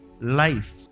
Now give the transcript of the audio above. life